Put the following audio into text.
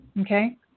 okay